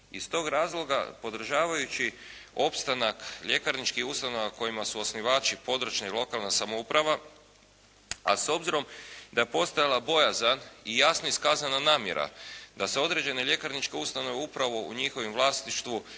Iz tog razloga podržavajući opstanak ljekarničkih ustanova kojima su osnivači područna i lokalna samouprava, a s obzirom da je postojala bojazan i jasno iskazana namjera da se određene ljekarničke ustanove upravo u njihovom vlasništvu,